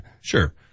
Sure